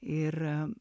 ir am